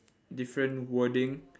different wording